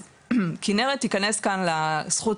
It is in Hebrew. אז כנרת תיכנס כאן לזכות,